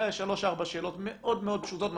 יש שלוש-ארבע שאלות מאוד פשוטות.